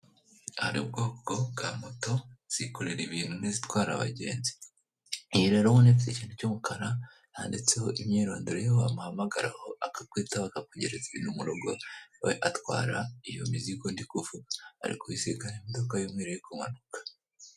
Hari ubwoko bwa moto zikorera ibintu n'izitwara abagenzi iyi rero ubonaho ikintu cy'umukara handitseho imyirondoro yo wamuhamagaraho akakwitaba akakugereza Ibintu murugo, we atwara iyo mizigo ndikuvuga arikubisikana niyo modoka y'umweru iri kumanuka